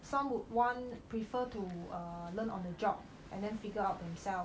some would want prefer to err learn on the job and then figure out themselves